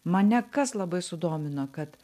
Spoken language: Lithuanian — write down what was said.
mane kas labai sudomino kad